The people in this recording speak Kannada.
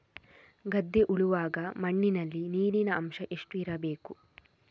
ಗದ್ದೆ ಉಳುವಾಗ ಮಣ್ಣಿನಲ್ಲಿ ನೀರಿನ ಅಂಶ ಎಷ್ಟು ಇರಬೇಕು?